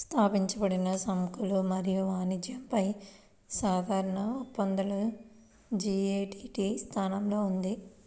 స్థాపించబడిన సుంకాలు మరియు వాణిజ్యంపై సాధారణ ఒప్పందం జి.ఎ.టి.టి స్థానంలో ఉంది